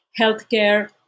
healthcare